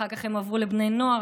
אחר כך הן עברו לבני נוער,